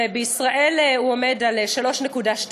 ובישראל הוא עומד על 3.2,